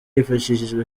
hifashishijwe